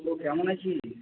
কেমন আছিস